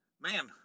Man